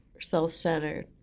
self-centered